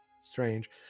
Strange